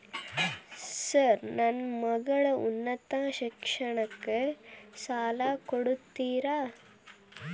Sir ನನ್ನ ಮಗಳ ಉನ್ನತ ಶಿಕ್ಷಣಕ್ಕೆ ಸಾಲ ಕೊಡುತ್ತೇರಾ?